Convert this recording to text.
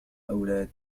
أولاد